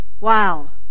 Wow